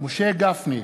משה גפני,